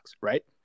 right